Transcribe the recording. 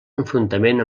enfrontament